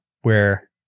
where-